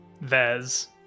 Vez